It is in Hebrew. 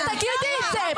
אז תגידי את זה.